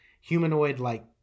humanoid-like